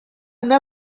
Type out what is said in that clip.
una